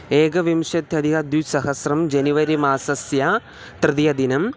एकविंशत्यधिकद्विसहस्रं जनवरि मासस्य तृतीयदिनम्